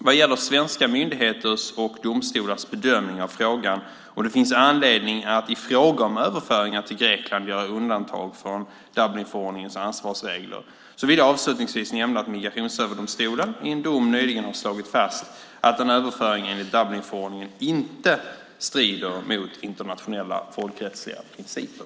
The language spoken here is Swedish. Vad gäller svenska myndigheters och domstolars bedömning av frågan om det finns anledning att i fråga om överföringar till Grekland göra undantag från Dublinförordningens ansvarsregler, vill jag avslutningsvis nämna att Migrationsöverdomstolen i en dom nyligen har slagit fast att en överföring enligt Dublinförordningen inte strider mot internationella folkrättsliga principer.